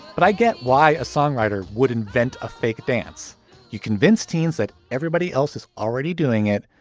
but i get why a songwriter would invent a fake dance you convinced teens that everybody else is already doing it.